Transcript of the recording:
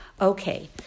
Okay